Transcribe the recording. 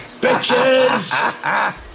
BITCHES